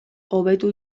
hobetu